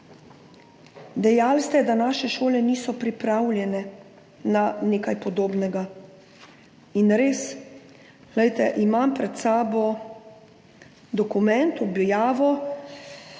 Dejali ste, da naše šole niso pripravljene na nekaj podobnega. In res, glejte, imam pred sabo dokument, objavo,